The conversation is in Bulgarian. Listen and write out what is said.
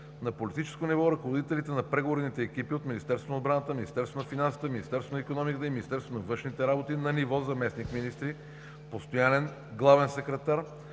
На политическо ниво ръководителите на преговорните екипи от Министерството на отбраната, Министерството на финансите, Министерството на икономиката и Министерството на външните работи на ниво заместник-министри и постоянен главен секретар